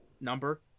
number